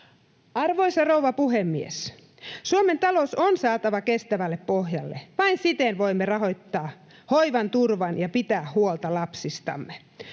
Arvoisa rouva puhemies! Suomen talous on saatava kestävälle pohjalle, sillä vain siten voimme rahoittaa hoivan ja turvan ja pitää huolta lapsistamme.